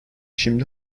şimdi